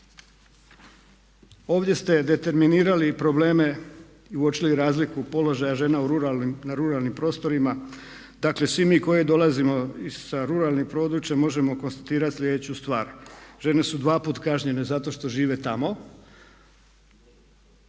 Ovdje ste determinirali i probleme i uočili razliku položaja žena na ruralnim prostorima, dakle svi mi koji dolazimo sa ruralnim područja možemo konstatirati slijedeću stvar žene su dvaput kažnjene zato što žive tamo